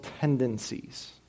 tendencies